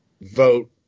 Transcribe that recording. vote